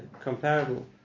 comparable